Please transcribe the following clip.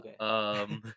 okay